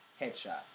headshot